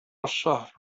الشهر